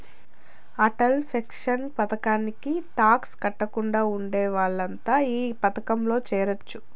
Atal pension పథకానికి tax కట్టకుండా ఉండే వాళ్లంతా ఈ పథకంలో చేరొచ్చు